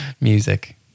music